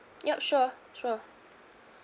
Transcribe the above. yup sure sure